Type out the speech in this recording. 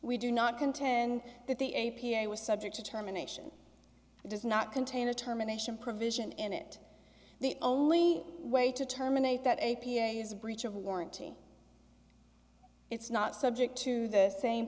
we do not contend that the a p a was subject to terminations does not contain determination provision in it the only way to terminate that a p i is a breach of warranty it's not subject to the same